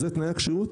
זה תנאי הכשירות?